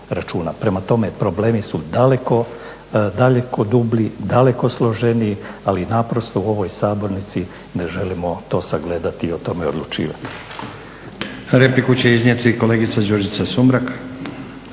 Prema tome problemi su daleko dublji, daleko složeniji, ali naprosto u ovoj sabornici ne želimo to sagledati i o tome odlučivati.